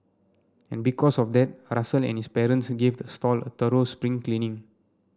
and because of that Russell and his parents gave the stall a thorough spring cleaning